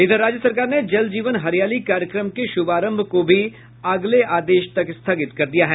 इधर राज्य सरकार ने जल जीवन हरियाली कार्यक्रम के शुभारंभ को भी अगले आदेश तक स्थगित कर दिया है